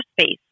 Space